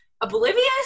oblivious